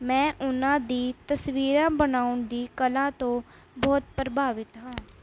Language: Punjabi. ਮੈਂ ਉਹਨਾਂ ਦੀ ਤਸਵੀਰਾਂ ਬਣਾਉਣ ਦੀ ਕਲਾ ਤੋਂ ਬਹੁਤ ਪ੍ਰਭਾਵਿਤ ਹਾਂ